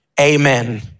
amen